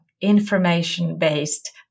information-based